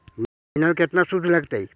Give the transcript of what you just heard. महिना में केतना शुद्ध लगतै?